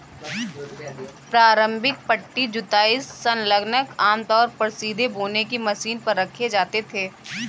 प्रारंभिक पट्टी जुताई संलग्नक आमतौर पर सीधे बोने की मशीन पर रखे जाते थे